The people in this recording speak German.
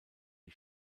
die